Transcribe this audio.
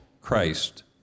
Christ